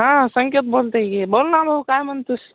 हां संकेत बोलतोय कि बोल ना भाऊ काय म्हणतोस